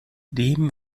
dem